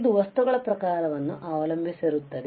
ಇದು ವಸ್ತುಗಳ ಪ್ರಕಾರವನ್ನು ಅವಲಂಬಿಸಿರುತ್ತದೆ